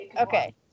okay